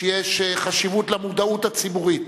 שיש בו חשיבות למודעות הציבורית,